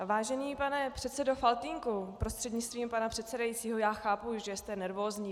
Vážený pane předsedo Faltýnku prostřednictvím pana předsedajícího, chápu, že jste nervózní.